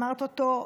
אמרת אותו,